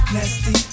Nasty